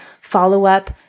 follow-up